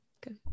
good